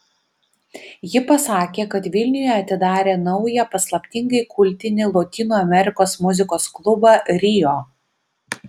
ji pasakė kad vilniuje atidarė naują paslaptingai kultinį lotynų amerikos muzikos klubą rio